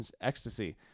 ecstasy